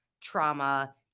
trauma